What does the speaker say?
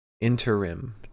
interim